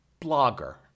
blogger